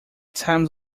times